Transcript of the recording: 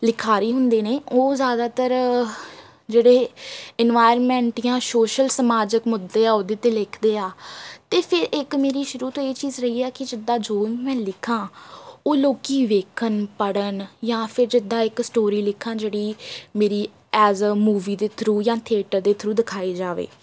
ਲਿਖਾਰੀ ਹੁੰਦੇ ਨੇ ਉਹ ਜ਼ਿਆਦਾਤਰ ਜਿਹੜੇ ਇਨਵਾਇਰਮੈਂਟ ਦੀਆਂ ਸੋਸ਼ਲ ਸਮਾਜਿਕ ਮੁੱਦੇ ਆ ਉਹਦੇ 'ਤੇ ਲਿਖਦੇ ਆ ਅਤੇ ਫਿਰ ਇੱਕ ਮੇਰੀ ਸ਼ੁਰੂ ਤੋਂ ਇਹ ਚੀਜ਼ ਰਹੀ ਆ ਕਿ ਜਿੱਦਾਂ ਜੋ ਮੈਂ ਲਿਖਾਂ ਉਹ ਲੋਕ ਦੇਖਣ ਪੜ੍ਹਨ ਜਾਂ ਫਿਰ ਜਿੱਦਾਂ ਇੱਕ ਸਟੋਰੀ ਲਿਖਾਂ ਜਿਹੜੀ ਮੇਰੀ ਐਜ ਅ ਮੂਵੀ ਦੇ ਥਰੂ ਜਾਂ ਥੀਏਟਰ ਦੇ ਥਰੂ ਦਿਖਾਈ ਜਾਵੇ